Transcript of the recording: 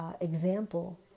example